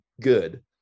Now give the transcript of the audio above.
good